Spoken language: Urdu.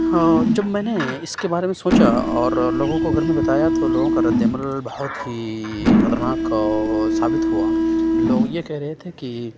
ہاں جب میں نے اِس کے بارے میں سونچا اور لوگوں کو گھر میں بتایا تو لوگوں کا ردِ عمل بہت ہی خطرناک ثابت ہُوا لوگ یہ کہہ رہے تھے کہ